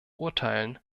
beurteilen